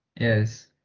Yes